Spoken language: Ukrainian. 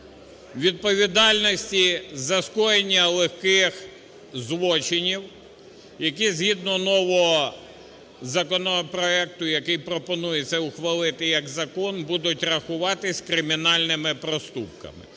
відповідальності за скоєння легких злочинів, які згідно нового законопроекту, який пропонується ухвалити як закон, будуть рахуватися кримінальними проступками.